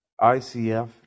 ICF